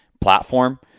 platform